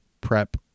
prep